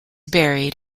buried